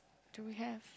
don't have